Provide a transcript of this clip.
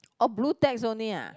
oh blu-tacks only ah